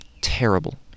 terrible